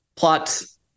Plots